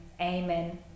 amen